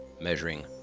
Measuring